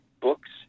Books